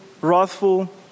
wrathful